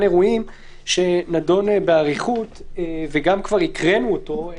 אירועים שנדון באריכות וכבר הקראנו אותו.